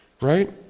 Right